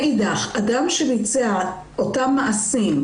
מאידך, אדם שביצע אותם מעשים,